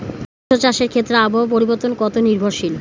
মৎস্য চাষের ক্ষেত্রে আবহাওয়া পরিবর্তন কত নির্ভরশীল?